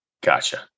Gotcha